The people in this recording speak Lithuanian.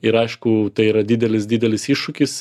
ir aišku tai yra didelis didelis iššūkis